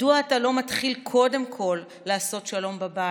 מדוע אתה לא מתחיל קודם כול לעשות שלום בבית?